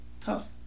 tough